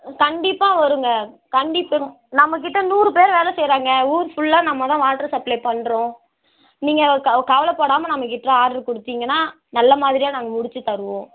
கண்டிப்பாக வருங்க கண்டிப்பாக நம்ம கிட்ட நூறு பேர் வேலை செய்கிறாங்க ஊர் ஃபுல்லாக நம்மதான் வாட்ரு சப்ளை பண்ணுறோம் நீங்கள் கவ கவலைப்படாமல் நம்மகிட்ட ஆட்ரு கொடுத்தீங்கன்னா நல்ல மாதிரியாக நாங்கள் முடிச்சுத் தருவோம்